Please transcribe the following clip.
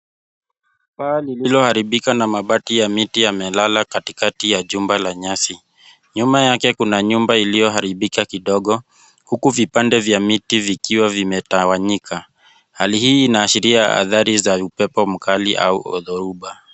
Paa lililoharibika na mabaki ya miti yamelala katikati ya jumba la nyasi. Nyuma yake kuna nyumba iliyoharibika kidogo huku vipande vya miti vikiwa vimetawanyika. Hali hii inaashiria adhari za upepo mkali au dhoruba.